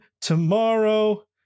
tomorrow